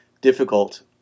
difficult